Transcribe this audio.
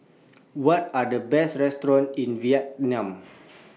What Are The Best restaurants in Vientiane